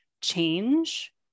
change